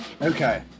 Okay